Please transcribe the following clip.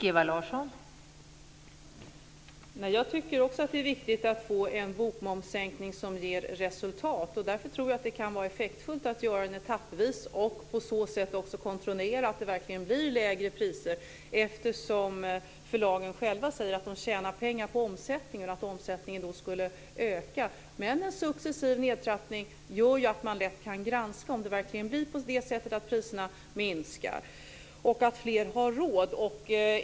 Fru talman! Jag tycker också att det är viktigt med en sänkning av bokmomsen som ger resultat. Därför kan det vara effektfullt att genomföra den etappvis och på så sätt också kontrollera att det verkligen blir lägre priser. Förlagen säger själva att de tjänar pengar på omsättningen, och omsättningen skulle öka. En successiv nedtrappning gör att det är lätt att granska om priserna minskar och att fler få råd.